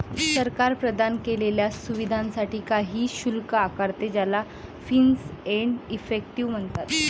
सरकार प्रदान केलेल्या सुविधांसाठी काही शुल्क आकारते, ज्याला फीस एंड इफेक्टिव म्हणतात